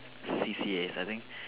C_C_A's I think